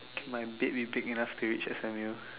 my bed be big enough to reach S_M_U